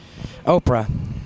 Oprah